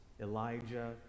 Elijah